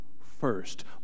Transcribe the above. first